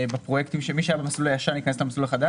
בפרויקטים שמי שהיה במסלול הישן ייכנס למסלול החדש?